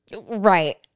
right